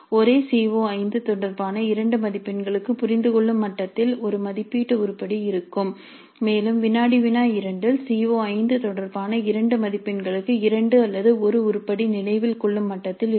ஒரே சி ஓ5 தொடர்பான 2 மதிப்பெண்களுக்கு புரிந்துகொள்ளும் மட்டத்தில் ஒரு மதிப்பீட்டு உருப்படி இருக்கும் மேலும் வினாடி வினா 2 இல் சி ஓ5 தொடர்பான 2 மதிப்பெண்களுக்கு 2 அல்லது 1 உருப்படி நினைவில்கொள்ளும் மட்டத்தில் இருக்கும்